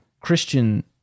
Christian